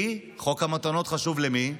כי חוק המתנות חשוב למי?